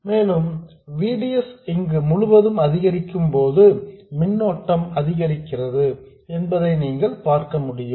மேலும் V D S இங்கு முழுவதும் அதிகரிக்கும்போது மின்னோட்டம் அதிகரிக்கிறது என்பதை நீங்கள் பார்க்க முடியும்